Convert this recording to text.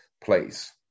place